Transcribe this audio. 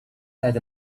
that